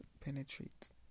penetrate